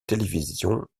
télévision